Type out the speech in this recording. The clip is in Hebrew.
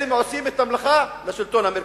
אלה עושים את המלאכה לשלטון המרכזי.